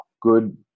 good